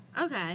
Okay